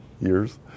years